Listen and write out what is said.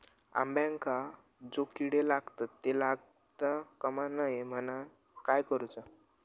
अंब्यांका जो किडे लागतत ते लागता कमा नये म्हनाण काय करूचा?